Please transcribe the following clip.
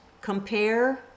Compare